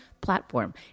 platform